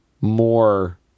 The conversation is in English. more